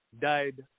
died